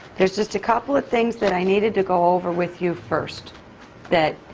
there's just a couple of things that i needed to go over with you first that